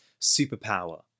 superpower